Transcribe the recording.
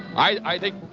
i think,